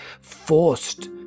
forced